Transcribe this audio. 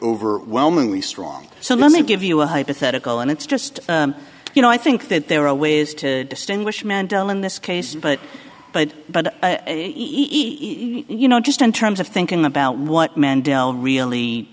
overwhelmingly strong so let me give you a hypothetical and it's just you know i think that there are ways to distinguish mandela in this case but but but he you know just in terms of thinking about what mandela really